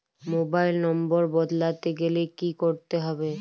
Mobile নম্বর বদলাতে গেলে কি করতে হবে?